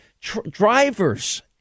drivers